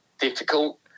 difficult